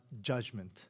judgment